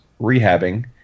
rehabbing